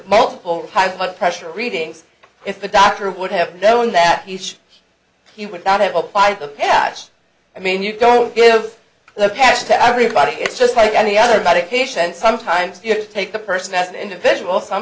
multiple high blood pressure readings if the doctor would have known that he should he would not have applied the couch i mean you don't give the cash to everybody it's just like any other medication sometimes you have to take the person as an individual some